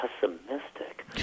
pessimistic